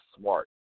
smart